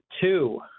two